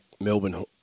Melbourne